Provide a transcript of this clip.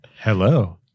Hello